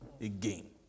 again